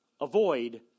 Avoid